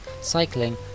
cycling